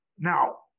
now